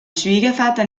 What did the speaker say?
schwiegervater